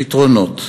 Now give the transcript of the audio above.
פתרונות.